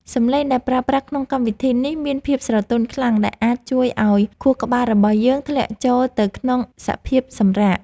សំឡេងដែលប្រើប្រាស់ក្នុងកម្មវិធីនេះមានភាពស្រទន់ខ្លាំងដែលអាចជួយឱ្យខួរក្បាលរបស់យើងធ្លាក់ចូលទៅក្នុងសភាពសម្រាក។